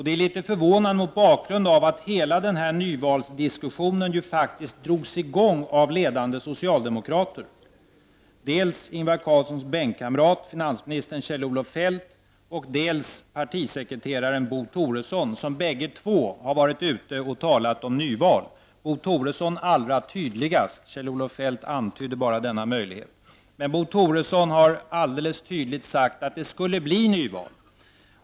Det är litet förvånande mot bakgrund av att hela den här nyvalsdiskussionen ju faktiskt drogs i gång av ledande socialdemokrater — dels Ingvar Carlssons bänkkamrat, finansminister Kjell-Olof Feldt, dels partisekreteraren Bo Toresson. Bägge två har varit ute och talat om nyval, Bo Toresson allra tydligast. Kjell-Olof Feldt antydde bara denna möjlighet, men Bo Toresson har alldeles tydligt sagt att det skulle bli nyval.